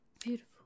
beautiful